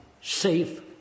safe